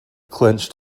clenched